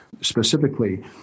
specifically